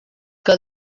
que